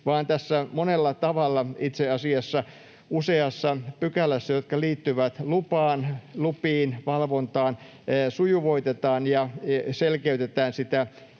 vaan tässä monella tavalla, itse asiassa useassa pykälässä, jotka liittyvät lupiin, valvontaan, menettelyä sujuvoitetaan ja selkeytetään,